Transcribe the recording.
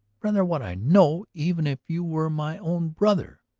rather what i know! even if you were my own brother.